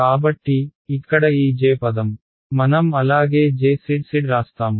కాబట్టి ఇక్కడ ఈ J పదం మనం అలాగే JzZ రాస్తాము